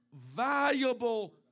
valuable